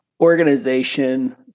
organization